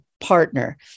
partner